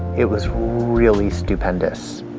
it was really stupendous.